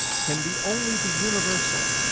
can be only the universal,